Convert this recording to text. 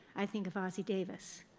i think of ossie davis.